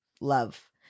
Love